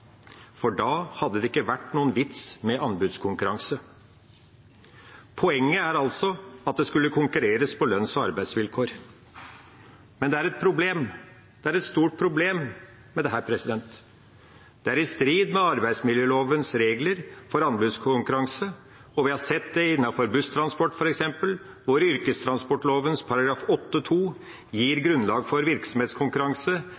for da hadde det ikke vært noen vits i å ha anbudskonkurranse. Poenget er altså at det skulle konkurreres på lønns- og arbeidsvilkår. Men det er et stort problem med dette – det er i strid med arbeidsmiljølovens regler for anbudskonkurranse. Vi har sett det f.eks. innenfor busstransporten, hvor yrkestransportloven § 8-2 gir grunnlag for virksomhetskonkurranse, nettopp fordi det er slike forhold som inntreffer. Direktøren i